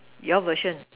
your version